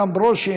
איתן ברושי,